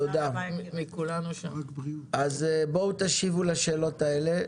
לנושא של התחזקות השקל.